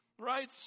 Right